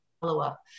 follow-up